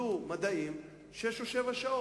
למדו מדעים שש או שבע שעות.